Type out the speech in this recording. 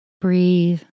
breathe